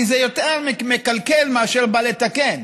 כי זה יותר מקלקל מאשר בא לתקן.